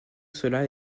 cela